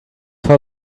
for